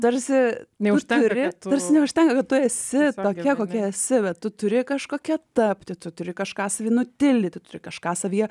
tarsi neuždarė tarsi neužtenka kad tu esi tokia kokia esi tu turi kažkokia tapti tu turi kažką savyje nutildyti turi kažką savyje